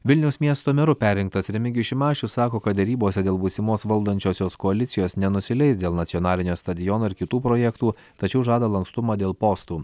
vilniaus miesto meru perrinktas remigijus šimašius sako kad derybose dėl būsimos valdančiosios koalicijos nenusileis dėl nacionalinio stadiono ir kitų projektų tačiau žada lankstumą dėl postų